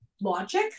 logic